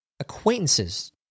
acquaintances